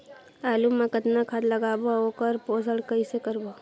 आलू मा कतना खाद लगाबो अउ ओकर पोषण कइसे करबो?